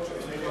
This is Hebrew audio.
שהוא חושב, חבר